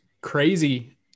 crazy